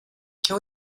can